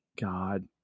God